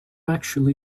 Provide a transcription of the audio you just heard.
actually